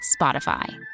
Spotify